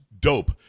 dope